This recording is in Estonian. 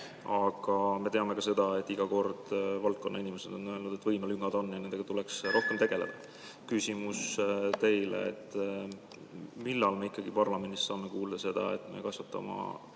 Aga me teame ka seda, et iga kord on valdkonnainimesed öelnud, et võimelüngad on olemas ja nendega tuleks rohkem tegeleda. Küsimus teile: millal me saame ikkagi parlamendis kuulda seda, et kasvatame oma